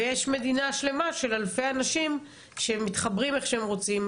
ויש מדינה שלמה של אלפי אנשים שמתחברים איך שהם רוצים,